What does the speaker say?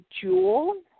jewel